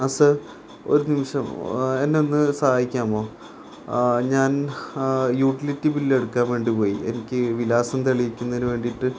ആ സർ ഒരു നിമിഷം എന്നെ ഒന്ന് സഹായിക്കാമോ ഞാൻ യൂട്ടിലിറ്റി ബില് എടുക്കാൻവേണ്ടി പോയി എനിക്ക് വിലാസം തെളിയിക്കുന്നതിന് വേണ്ടിയിട്ട്